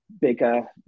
Bigger